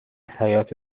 حیاط